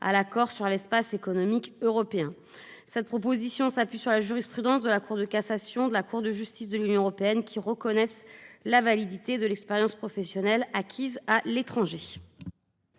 à l'accord sur l'Espace économique européen. Cette proposition s'appuie sur la jurisprudence de la Cour de cassation de la Cour de justice de l'Union européenne qui reconnaissent la validité de l'expérience professionnelle acquise à l'étranger.